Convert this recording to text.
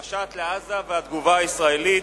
המשט לעזה והתגובה הישראלית,